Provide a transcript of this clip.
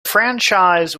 franchise